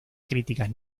críticas